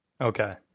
Okay